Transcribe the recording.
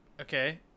okay